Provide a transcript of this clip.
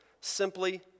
simply